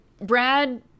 Brad